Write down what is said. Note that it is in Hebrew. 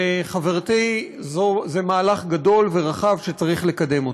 חברתי, זה מהלך גדול ורחב שצריך לקדם אותו.